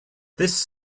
this